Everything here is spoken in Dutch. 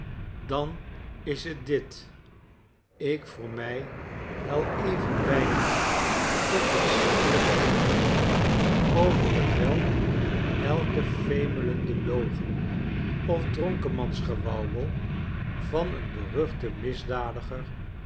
dan is t dit ik voor mij hel even weinig tot het ziekelijk gevoelen over t welk elke femelende logen of dronkemans gewauwel van een beruchten misdadiger